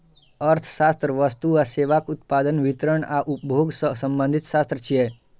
अर्थशास्त्र वस्तु आ सेवाक उत्पादन, वितरण आ उपभोग सं संबंधित शास्त्र छियै